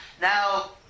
Now